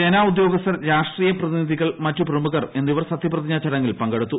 സേനാ ഉദ്യോഗസ്ഥർ രാഷ്ട്രീയ പ്രതിനിധികൾ മറ്റ് പ്രമുഖർ എന്നിവർ സത്യപ്രതിജ്ഞാ ചടങ്ങിൽ പങ്കെടുത്തു